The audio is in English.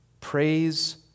Praise